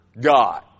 God